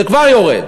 זה כבר יורד,